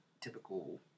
typical